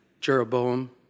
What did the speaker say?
Jeroboam